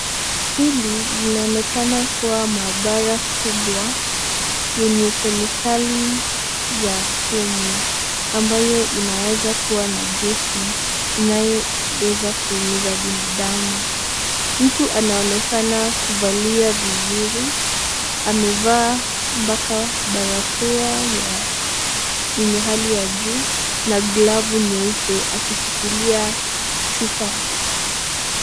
Hili linaonekana kuwa maabara kubwa yenye kemikali ya sumu ambaye inaweza kuwa na gesi ambayo inaweza kuumiza binadamu. Mtu anaonekana kuvaa vizuri amevaa barakoa ya hali ya juu na glavu nyeupe akishikilia chupa.